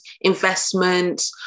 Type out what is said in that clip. investments